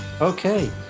Okay